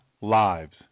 lives